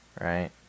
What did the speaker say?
Right